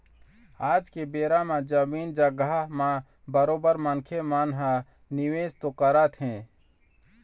आज के बेरा म जमीन जघा म बरोबर मनखे मन ह निवेश तो करत हें